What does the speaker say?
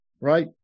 Right